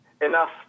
enough